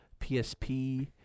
PSP